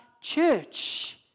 church